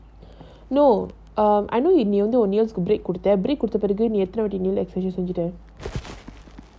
no um I know கொடுத்தபிறகுநீஎத்தனைவாட்டி:kodutha piraku nee ethana vaati